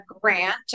grant